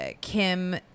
kim